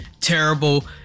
terrible